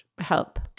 help